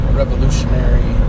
revolutionary